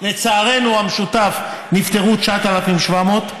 לצערנו המשותף, נפטרו 9,700,